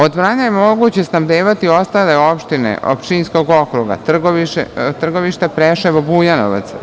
Od Vranja je moguće snabdevati ostale opštine od Pčinskog okruga, Trgovište, Preševo, Bujanovac.